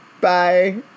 Bye